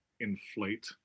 inflate